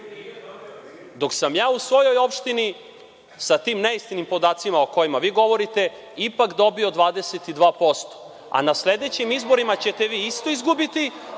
dok sam ja u svojoj opštini sa tim neistinitim podacima o kojima vi govorite, ipak dobio 22%, a na sledećim izborima ćete vi isto izgubiti,